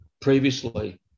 previously